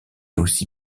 aussi